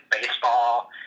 baseball